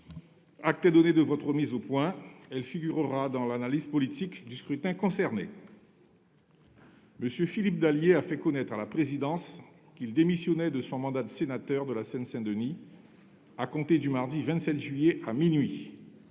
cher collègue. Elle sera publiée au et figurera dans l'analyse politique du scrutin. M. Philippe Dallier a fait connaître à la présidence qu'il démissionnait de son mandat de sénateur de la Seine-Saint-Denis à compter du mardi 27 juillet 2021, à minuit.